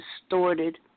distorted